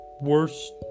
worst